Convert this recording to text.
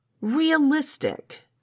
realistic